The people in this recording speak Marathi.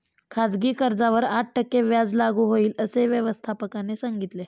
खाजगी कर्जावर आठ टक्के व्याज लागू होईल, असे व्यवस्थापकाने सांगितले